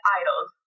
idols